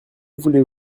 voulez